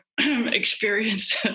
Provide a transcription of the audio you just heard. experience